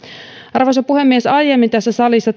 arvoisa puhemies aiemmin tänään tässä salissa